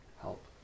help